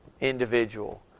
individual